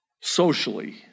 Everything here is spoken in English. socially